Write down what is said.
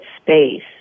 space